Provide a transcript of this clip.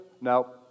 No